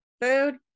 Food